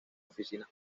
oficinas